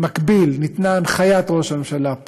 במקביל ניתנה הנחיית ראש הממשלה,